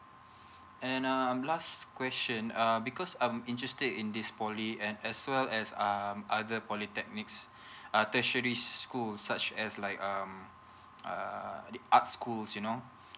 and um last question uh because I'm interested in this poly and as well as um other polytechnics uh tertiary schools such as like um uh the art schools you know